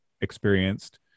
experienced